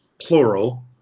plural